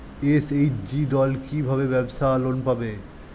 SHG দল কী ভাবে ব্যাবসা লোন পাবে?